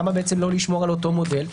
למה בעצם לא לשמור על אותו מודל?